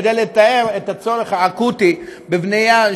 כדי לתאר את הצורך האקוטי בבנייה,